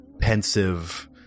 pensive